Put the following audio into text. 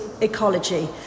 ecology